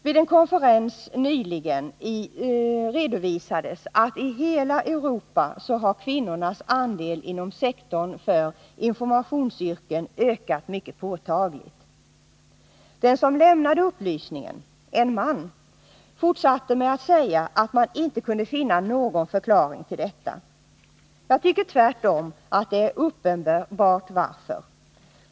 Vid en konferens nyligen redovisades att i hela Europa har kvinnornas andel inom sektorn för informationsyrken ökat mycket påtagligt. Den som lämnade upplysningen, en man, fortsatte med att säga att man inte kunde finna någon förklaring till detta. Jag tycker tvärtom att anledningen är uppenbar.